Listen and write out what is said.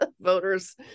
voters